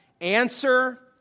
Answer